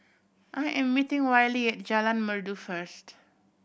I am meeting Wiley at Jalan Merdu first